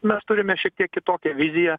mes turime šiek tiek kitokią viziją